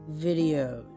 Videos